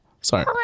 Sorry